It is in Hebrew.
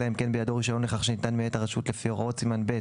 אלא אם כן בידו רישיון לכך שניתן מאת הרשות לפי הוראות סימן ב',